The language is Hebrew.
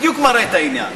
בדיוק מראה את העניין.